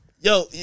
Yo